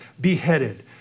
beheaded